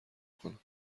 کنم